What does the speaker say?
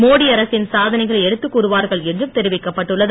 மோடி அரசின் சாதனைகளை எடுத்துக்கூறுவார்கள் என்றும் தெரிவிக்கப்பட்டுள்ளது